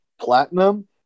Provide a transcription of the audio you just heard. Platinum